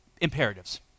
imperatives